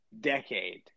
decade